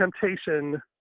temptation